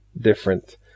different